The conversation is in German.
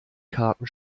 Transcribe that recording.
karten